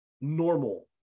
normal